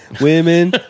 women